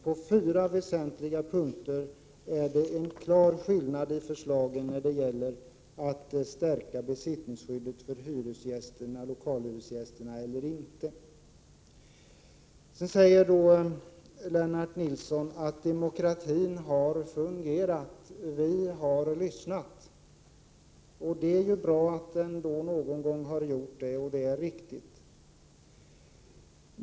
På fyra väsentliga punkter finns en klar skillnad i förslagen när det gäller att stärka besittningsskyddet för lokalhyresgästerna, Lennart Nilsson. Lennart Nilsson säger att demokratin har fungerat. Han säger: Vi har lyssnat. Det är riktigt. Det är bra att demokratin någon gång har fungerat.